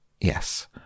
Yes